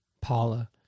Paula